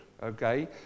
Okay